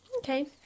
Okay